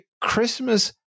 Christmas